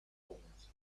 wings